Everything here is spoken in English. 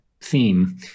theme